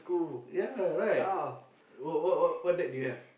ya right what what what deck do you have